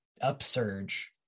upsurge